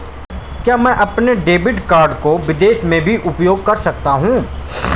क्या मैं अपने डेबिट कार्ड को विदेश में भी उपयोग कर सकता हूं?